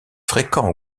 fréquents